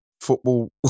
football